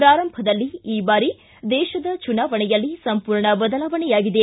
ಪೂರಂಭದಲ್ಲಿ ಈ ಬಾರಿ ದೇಶದ ಚುನಾವಣೆಯಲ್ಲಿ ಸಂಪೂರ್ಣ ಬದಲಾವಣೆಯಾಗಿದೆ